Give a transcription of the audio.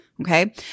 Okay